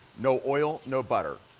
no oil, no, butter.